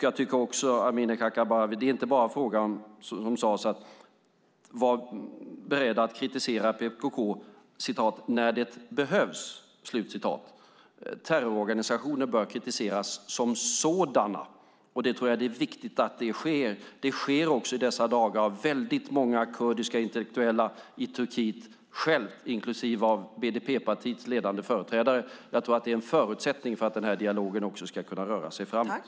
Jag tycker också, Amineh Kakabaveh, att det inte bara är en fråga om, som sades, att vara beredda att kritisera PKK "när det har behövts". Terrororganisationer bör kritiseras som sådana, och jag tror att det är viktigt att det sker. Det sker också i dessa dagar av väldigt många kurdiska intellektuella i Turkiet, inklusive av BDP:s ledande företrädare, och jag tror att det är en förutsättning för att den här dialogen ska kunna röra sig framåt.